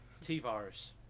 T-virus